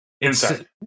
Inside